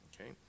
okay